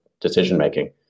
decision-making